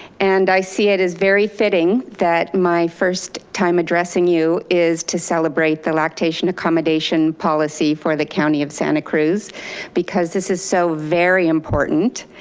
and i see it is very fitting that my first time addressing you is to celebrate the lactation accommodation policy for the county of santa cruz because this is so very important.